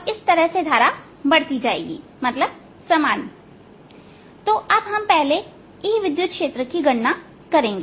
इस तरह से की धारा बढ़ती जाएगी मतलब समान तो अब हम पहले E विद्युत क्षेत्र की गणना करेंगे